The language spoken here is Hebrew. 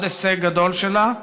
עוד הישג גדול שלה,